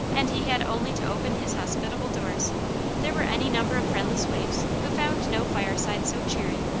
and he had only to open his hospitable doors there were any number of friendless waifs who found no fireside so cheery,